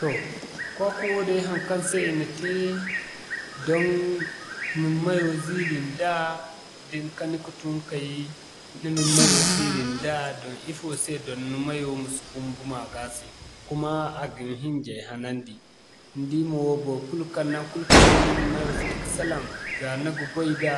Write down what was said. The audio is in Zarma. Toh kwakwa woo day haŋkaŋ se i na te, don ma ni mayo ziiri nda da ni kani ka tun kay ni ma ni mayo ziiri nda don ifo se don ni mayo ma si fumbu maga se. Kuma a ga ni hiŋjay hanandi ni di mo bor kulu kaŋ naŋgu kulu kaŋ ni na ni mayo fiti ka salaŋ za ni ga goy da,